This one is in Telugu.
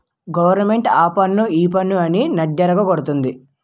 గవరమెంటు ఆపన్ను ఈపన్ను అని నడ్డిరగ గొడతంది